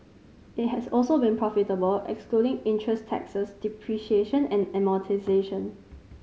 it has also been profitable excluding interest taxes depreciation and amortisation